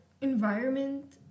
environment